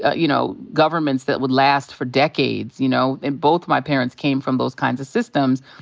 ah you know, governments that would last for decades, you know? and both my parents came from those kinds of systems.